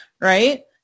right